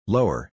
Lower